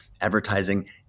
advertising